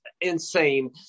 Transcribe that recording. insane